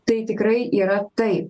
tai tikrai yra tai